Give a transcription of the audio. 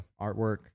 artwork